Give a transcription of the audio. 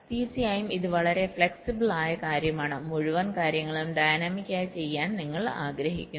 തീർച്ചയായും ഇത് വളരെ ഫ്ലെക്സിബിളായ കാര്യമാണ് മുഴുവൻ കാര്യങ്ങളും ഡയനാമിക്കായി ചെയ്യാൻ നിങ്ങൾ ആഗ്രഹിക്കുന്നു